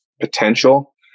potential